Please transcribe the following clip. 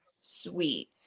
sweet